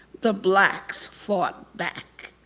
the blacks fought back.